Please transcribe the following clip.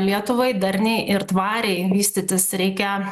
lietuvai darniai ir tvariai vystytis reikia